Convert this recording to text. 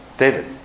David